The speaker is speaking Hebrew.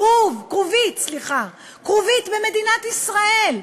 כרובית במדינת ישראל,